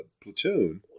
platoon